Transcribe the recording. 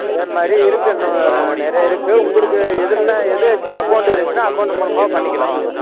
அதேமாதிரி இருக்குது இன்னும் நிறையா இருக்குது உங்களுக்கு எதில் ஏதாச்சும் அக்கவுண்ட் இருந்துச்சுனா அக்கவுண்ட் மூலமாகவும் பண்ணிக்கலாம் வாங்க